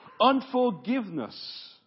Unforgiveness